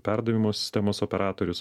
perdavimo sistemos operatorius